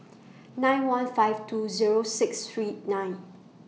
eight one five two Zero six three nine